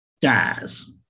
dies